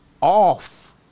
off